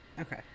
Okay